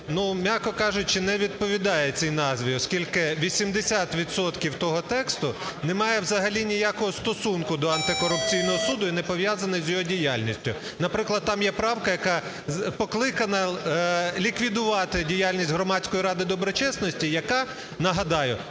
м'яко кажучи, не відповідає цій назві, оскільки 80 відсотків того тексту не має взагалі ніякого стосунку до антикорупційного суду і не пов'язаний з його діяльністю. Наприклад, там є правка, яка покликана ліквідувати діяльність Громадської ради доброчесності, яка, нагадаю,